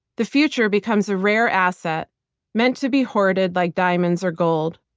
the future becomes a rare asset meant to be hoarded like diamonds or gold.